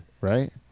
right